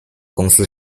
公司